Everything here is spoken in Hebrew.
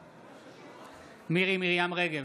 בעד מירי מרים רגב,